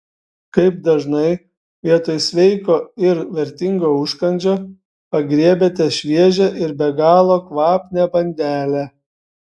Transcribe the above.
kaip dažnai vietoj sveiko ir vertingo užkandžio pagriebiate šviežią ir be galo kvapnią bandelę